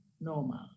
normal